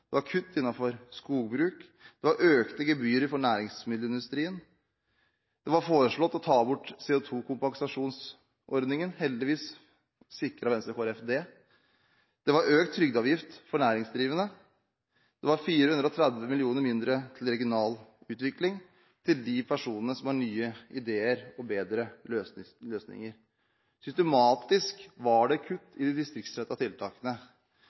Det var kutt innenfor skogbruk. Det var økte gebyrer for næringsmiddelindustrien. Det var foreslått å ta bort CO2-kompensasjonsordningen. Heldigvis sikret Venstre og Kristelig Folkeparti det. Det var økt trygdeavgift for næringsdrivende. Det var 430 mill. kr mindre til regional utvikling – til de personene som har nye ideer og bedre løsninger. Systematisk var det kutt i de distriktsrettede tiltakene.